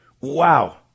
Wow